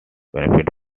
benefit